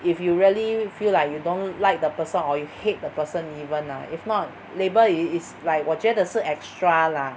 if you really feel like you don't like the person or you hate the person even ah if not label it is like 我觉得是 extra lah